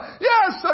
Yes